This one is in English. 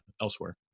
elsewhere